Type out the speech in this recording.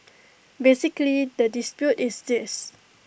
basically the dispute is this